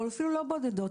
או אפילו לא בודדות,